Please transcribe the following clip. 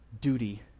duty